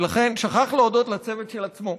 ולכן שכח להודות לצוות של עצמו,